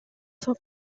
son